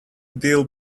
deal